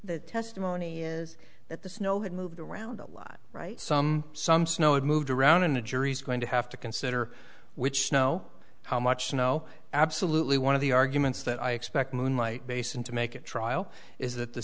the testimony is that the snow had moved around a lot right some some snow had moved around and the jury's going to have to consider which snow how much snow absolutely one of the arguments that i expect moonlight basin to make a trial is that the